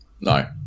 No